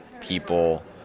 people